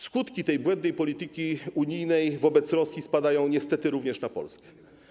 Skutki tej błędnej polityki unijnej wobec Rosji spadają niestety również na Polskę.